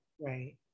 Right